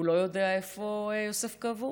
הוא לא יודע איפה יוסף קבור